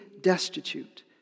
destitute